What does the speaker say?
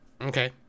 okay